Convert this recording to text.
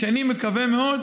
ואני מקווה מאוד